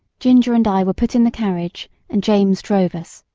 ginger and i were put in the carriage and james drove us.